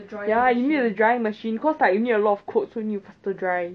ya you need a drying machine cause like you need a lot of coats so need to faster dry